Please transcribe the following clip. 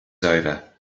over